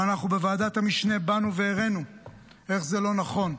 ואנחנו בוועדת המשנה באנו והראינו איך זה לא נכון.